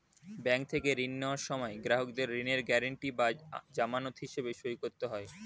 bank থেকে ঋণ নেওয়ার সময় গ্রাহকদের ঋণের গ্যারান্টি বা জামানত হিসেবে সই করতে হয়